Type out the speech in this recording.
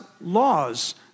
laws